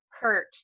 hurt